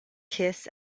kiss